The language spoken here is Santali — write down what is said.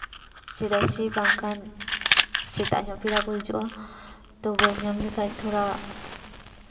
ᱪᱮᱫᱟᱜ ᱥᱮ ᱵᱟᱝᱠᱷᱟᱱ ᱥᱮᱛᱟᱜ ᱧᱚᱜ ᱯᱮᱲᱟ ᱠᱚ ᱦᱤᱡᱩᱜᱼᱟ ᱛᱚ ᱵᱟᱹᱧ ᱧᱟᱢ ᱞᱮᱠᱷᱟᱱ ᱛᱷᱚᱲᱟ